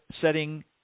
setting